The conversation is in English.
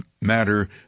Matter